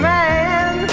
Man